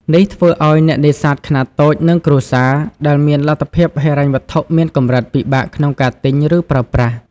នេះធ្វើឲ្យអ្នកនេសាទខ្នាតតូច និងគ្រួសារ ដែលមានលទ្ធភាពហិរញ្ញវត្ថុមានកម្រិត ពិបាកក្នុងការទិញ ឬប្រើប្រាស់។